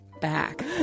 back